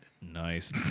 Nice